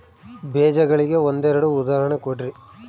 ಬೇಜಗಳಿಗೆ ಒಂದೆರಡು ಉದಾಹರಣೆ ಕೊಡ್ರಿ?